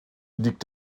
liegt